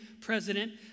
president